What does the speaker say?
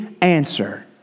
answer